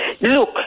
look